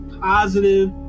positive